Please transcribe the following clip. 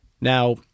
Now